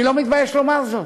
אני לא מתבייש לומר זאת,